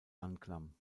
anklam